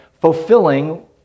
fulfilling